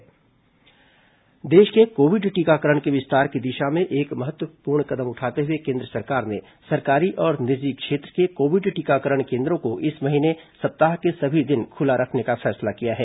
Covid टीकाकरण केन्द्र देश में कोविड टीकाकरण के विस्तार की दिशा में एक महत्वपूर्ण कदम उठाते हुए केन्द्र सरकार ने सरकारी और निजी क्षेत्र के कोविड टीकाकरण केंदों को इस महीने सप्ताह के सभी दिन खुला रखने का फैसला किया है